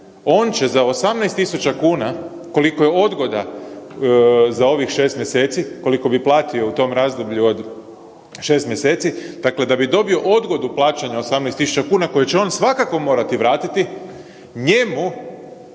On će za 18.000 kuna koliko je odgoda za ovih 6 mjeseci koliko bi platio u tom razdoblju od 6 mjeseci, dakle da bi dobio odgodu plaćanja 18.000 kuna koju će on svakako morati vratiti, njemu,